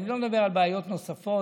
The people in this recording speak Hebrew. אני לא מדבר על בעיות נוספות,